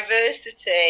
diversity